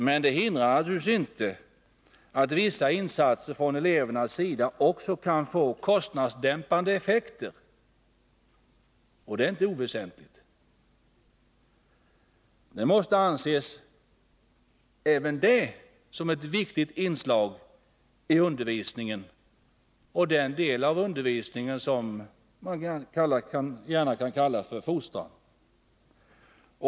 Men det hindrar naturligtvis inte att vissa insatser från elevernas sida också får kostnadsdämpande effekter, och det är inte oväsentligt. Även det måste anses vara ett viktigt inslag i undervisningen och i den del av undervisningen som man gärna kan kalla för fostran.